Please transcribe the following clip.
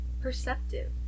Perceptive